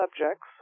subjects